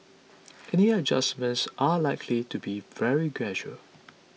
any adjustments are likely to be very gradual